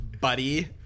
Buddy